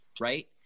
right